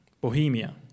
Bohemia